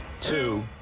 two